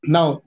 Now